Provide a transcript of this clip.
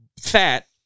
fat